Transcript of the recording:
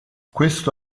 questo